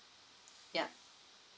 yup